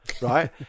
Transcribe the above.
right